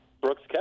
Brooks